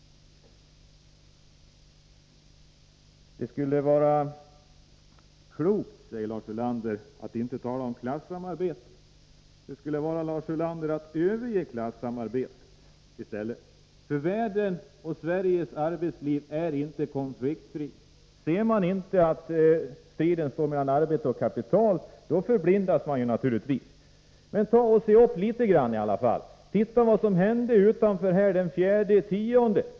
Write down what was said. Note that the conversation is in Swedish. Det skulle vara klokt, säger Lars Ulander, att inte tala om klassamarbete. Hur skulle det vara, Lars Ulander, att överge klassamarbetet i stället? Världen är inte konfliktfri och det är inte heller Sveriges arbetsliv. Ser man inte att striden står mellan arbete och kapital, förblindas man naturligtvis. Men se upp litet grand i alla fall. Titta vad som hände här utanför den 4 oktober!